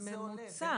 זה ממוצע.